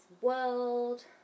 world